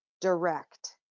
direct